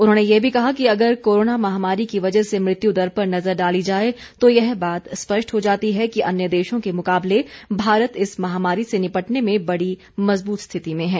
उन्होंने यह भी कहा कि अगर कोरोना महामारी की वजह से मृत्यु दर पर नजर डाली जाए तो यह बात स्पष्ट हो जाती है कि अन्य देशों के मुकाबले भारत इस महामारी से निपटने में बड़ी मजबूत स्थिति में है